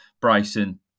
Bryson